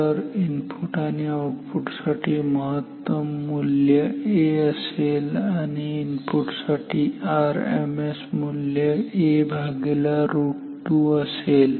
तर इनपुट आणि आऊटपुट साठी महत्तम मूल्य A असेल आणि इनपुट साठी आरएमएस मूल्य 𝐴√2 असेल